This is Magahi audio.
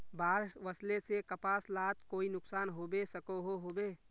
बाढ़ वस्ले से कपास लात कोई नुकसान होबे सकोहो होबे?